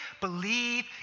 believe